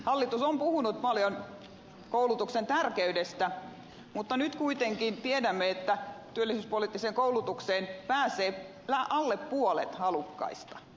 hallitus on puhunut paljon koulutuksen tärkeydestä mutta nyt kuitenkin tiedämme että työllisyyspoliittiseen koulutukseen pääsee alle puolet halukkaista